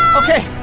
okay.